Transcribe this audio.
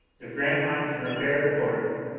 if grantline can repair the ports,